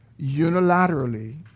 unilaterally